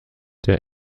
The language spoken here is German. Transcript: der